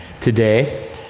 today